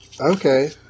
okay